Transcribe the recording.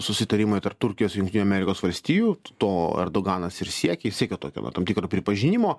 susitarimai tarp turkijos ir jungtinių amerikos valstijų to erdoganas ir siekė siekia tokio tam tikro pripažinimo